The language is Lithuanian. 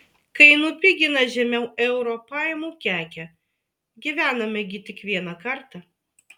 kai nupigina žemiau euro paimu kekę gyvename gi tik vieną kartą